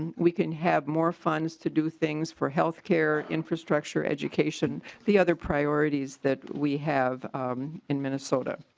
and we can have more funds to do things for healthcare infrastructure education the other priorities that we have in minnesota.